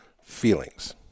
feelings